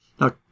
Now